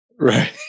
right